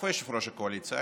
איפה יושב-ראש הקואליציה?